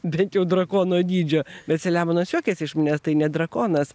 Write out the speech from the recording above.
bent jau drakono dydžio bet selemonas juokiasi iš manęs tai ne drakonas